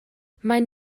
maen